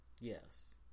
Yes